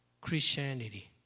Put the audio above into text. Christianity